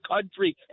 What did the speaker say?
country